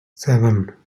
seven